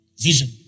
Vision